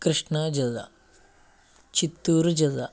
కృష్ణా జిల్లా చిత్తూరు జిల్లా